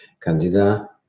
Candida